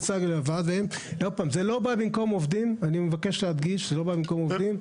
אני מבקש להדגיש, זה לא בא במקום עובדים.